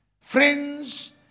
Friends